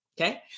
Okay